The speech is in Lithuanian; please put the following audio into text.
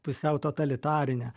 pusiau totalitarinę